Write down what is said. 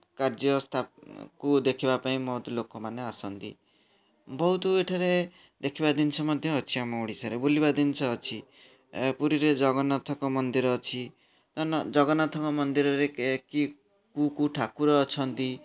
କାର୍ଯ୍ୟ ସ୍ଥାକୁ ଦେଖିବା ପାଇଁ ବହୁତ ଲୋକମାନେ ଆସନ୍ତି ବହୁତ ଏଠାରେ ଦେଖିବା ଜିନିଷ ମଧ୍ୟ ଅଛି ଆମ ଓଡ଼ିଶାରେ ବୁଲିବା ଜିନିଷ ଅଛି ପୁରୀରେ ଜଗନ୍ନାଥଙ୍କ ମନ୍ଦିର ଅଛି ଜଗନ୍ନାଥଙ୍କ ମନ୍ଦିରରେ କେ କି କେଉଁ କେଉଁ ଠାକୁର ଅଛନ୍ତି